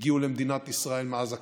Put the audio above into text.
הגיעו למדינת ישראל מאז הקמתה,